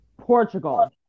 Portugal